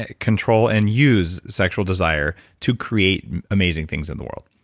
ah control and use sexual desire to create amazing things in the world.